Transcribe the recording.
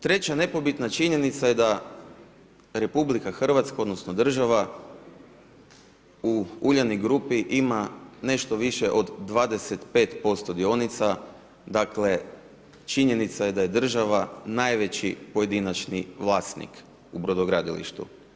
Treća nepobitna činjenica je da RH odnosno, država, u Uljanik Grupi ima nešto više od 25% dionica, dakle, činjenica je da je država najveći pojedinačni vlasnik u brodogradilištu.